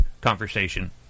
conversation